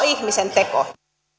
ihmisen teko